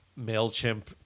MailChimp